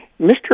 Mr